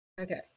Okay